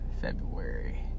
February